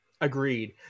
Agreed